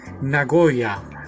Nagoya